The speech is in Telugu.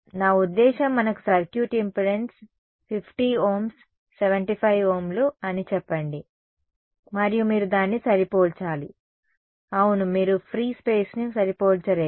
నా ఉద్దేశ్యం మనకు సర్క్యూట్ ఇంపెడెన్స్ 50 ఓంలు 75 ఓంలు అని చెప్పండి మరియు మీరు దాన్ని సరిపోల్చాలి అవును మీరు ఫ్రీ స్పేస్ ని సరిపోల్చలేరు